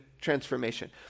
transformation